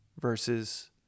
versus